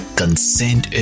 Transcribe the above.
consent